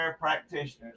practitioners